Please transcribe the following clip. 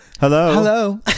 Hello